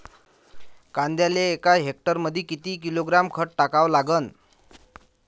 कांद्याले एका हेक्टरमंदी किती किलोग्रॅम खत टाकावं लागन?